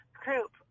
group